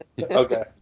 Okay